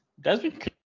Desmond